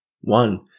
One